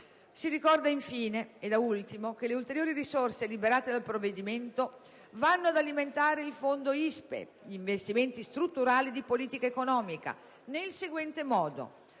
Si ricorda infine che le ulteriori risorse liberate dal provvedimento vanno ad alimentare il Fondo per gli interventi strutturali di politica economica (ISPE) nel seguente modo: